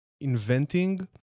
inventing